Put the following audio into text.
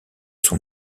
son